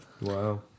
Wow